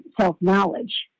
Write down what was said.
self-knowledge